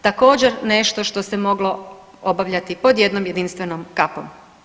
Također nešto što se moglo obavljati pod jednom jedinstvenom kapom.